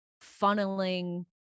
funneling